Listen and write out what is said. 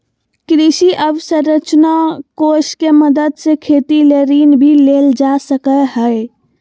कृषि अवसरंचना कोष के मदद से खेती ले ऋण भी लेल जा सकय हय